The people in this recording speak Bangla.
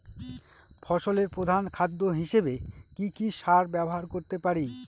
ফসলের প্রধান খাদ্য হিসেবে কি কি সার ব্যবহার করতে পারি?